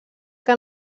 que